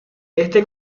este